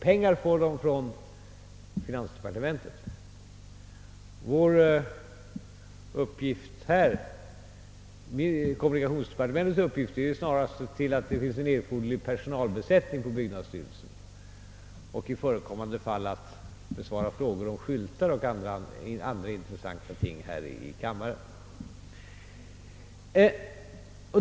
Pengarna får man från finansdepartementet. Kommunikationsdepartementets uppgift har närmast varit att se till att det finns erforderlig personal på byggnadsstyrelsen och — i förekommande fall — att här i kammaren besvara frågor om skyltar och andra intressanta ting.